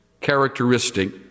characteristic